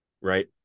right